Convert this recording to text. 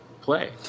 play